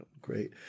great